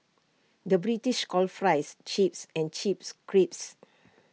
the British calls Fries Chips and Chips Crisps